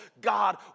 God